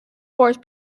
force